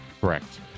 Correct